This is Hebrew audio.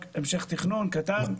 רק המשך תכנון קטן וביצוע.